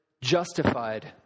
justified